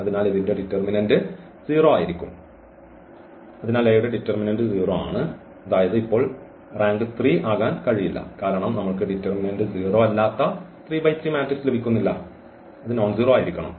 അതിനാൽ ഇതിന്റെ ഡിറ്റർമിനന്റ് 0 ആയിരിക്കും അതിനാൽ A യുടെ ഡിറ്റർമിനന്റ് 0 ആണ് അതായത് ഇപ്പോൾ റാങ്ക് 3 ആകാൻ കഴിയില്ല കാരണം നമ്മൾക്ക് ഡിറ്റർമിനന്റ് 0 അല്ലാത്ത 3 × 3 മാട്രിക്സ് ലഭിക്കുന്നില്ല അത് നോൺസീറോ ആയിരിക്കണം